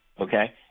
Okay